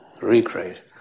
recreate